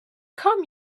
come